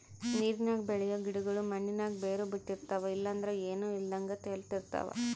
ನೀರಿನಾಗ ಬೆಳಿಯೋ ಗಿಡುಗುಳು ಮಣ್ಣಿನಾಗ ಬೇರು ಬುಟ್ಟಿರ್ತವ ಇಲ್ಲಂದ್ರ ಏನೂ ಇಲ್ದಂಗ ತೇಲುತಿರ್ತವ